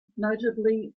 notably